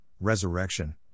resurrection